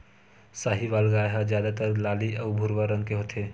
साहीवाल गाय ह जादातर लाली अउ भूरवा रंग के होथे